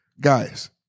Guys